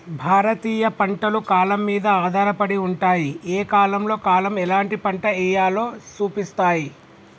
భారతీయ పంటలు కాలం మీద ఆధారపడి ఉంటాయి, ఏ కాలంలో కాలం ఎలాంటి పంట ఎయ్యాలో సూపిస్తాయి